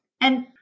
And-